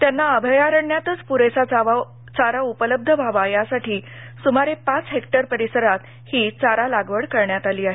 त्यांना अभयारण्यातच प्रेसा चारा उपलब्ध व्हावा यासाठी सुमारे पाच हेक्टर परिसरात ही चारा लागवड करण्यात आली आहे